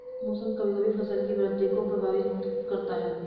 मौसम कभी कभी फसल की वृद्धि को प्रभावित करता है